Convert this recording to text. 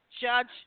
Judge